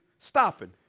Stopping